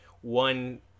one